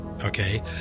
Okay